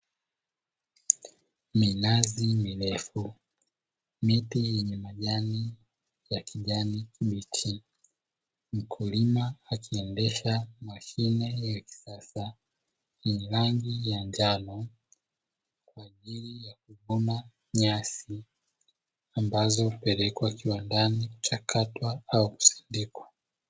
Minazi mirefu, miti yenye majani ya kijani kibichi. Mkulima akiendesha mashine ya kisasa yenye rangi ya njano kwa ajili ya kuvuna nyasi ambazo hupelekwa kiwandani kuchakatwa au kusindikwa.